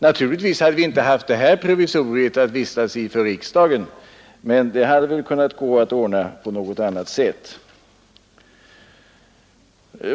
Naturligtvis hade vi då inte haft det här provisoriet att vistas i för riksdagen, men det hade väl kunnat ordnas på något annat sätt.